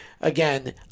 again